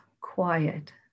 quiet